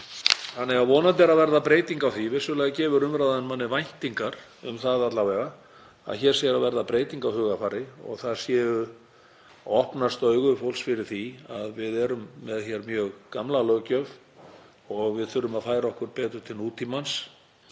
þannig að vonandi er að verða breyting á því. Vissulega gefur umræðan manni alla vega væntingar um það að hér sé að verða breyting á hugarfari og að augu fólks séu að opnast fyrir því að við erum með mjög gamla löggjöf og við þurfum að færa okkur betur til nútímans